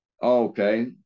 Okay